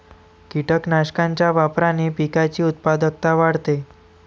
कीटकनाशकांच्या वापराने पिकाची उत्पादकता वाढते